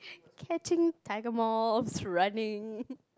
catching tiger moths running